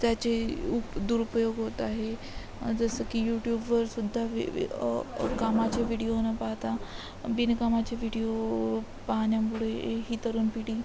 त्याचेही उप दुरुपयोग होत आहे जसं की यूट्यूबवरसुद्धा वि वि कामाचे विडीओ न पाहता बिनकामाचे विडिओ पाहण्यामुळे ही तरुण पिढी